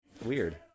Weird